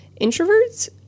introverts